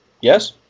Yes